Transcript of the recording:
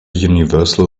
universal